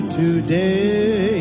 today